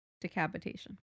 decapitation